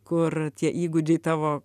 kur tie įgūdžiai tavo